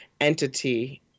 entity